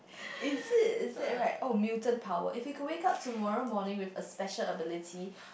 is it is it right oh mutant power if you can wake up tomorrow morning with a special ability